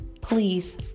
please